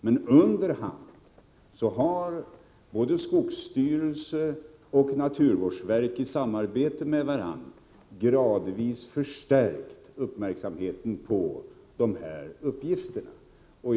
Men under hand har både skogsstyrelsen och naturvårdsverket i samarbete med varandra gradvis förstärkt uppmärksamheten på dessa frågor.